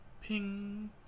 Ping